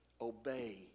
obey